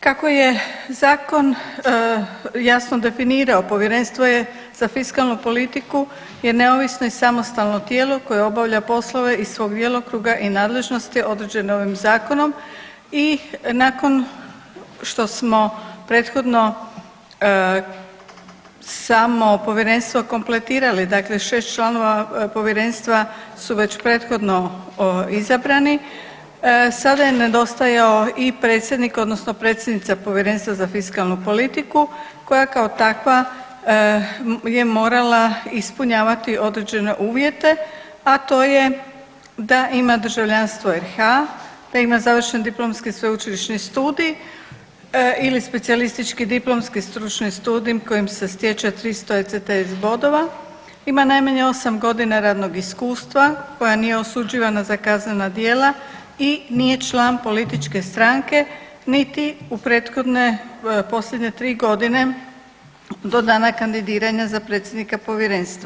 Kako je Zakon jasno definirao, Povjerenstvo je za fiskalnu politiku je neovisno i samostalno tijelo koje obavlja poslove iz svog djelokruga i nadležnosti određene ovim Zakonom i nakon što smo prethodno samo Povjerenstvo kompletirali, dakle 6 članova Povjerenstva su već prethodno izabrani, sada je nedostajao i predsjednik odnosno predsjednica Povjerenstva za fiskalnu politiku koja kao takva je morala ispunjavati određene uvjete, a to je da ima državljanstvo RH, da ima završen diplomski sveučilišni studij ili specijalistički diplomski stručni studij kojim se stječe 300 ECTS bodova, ima najmanje 8 godina radnog iskustva, koja nije osuđivana za kaznena djela i nije član političke stranke niti u prethodne posljednje 3 godine do dana kandidiranja za predsjednika Povjerenstva.